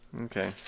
Okay